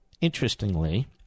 interestingly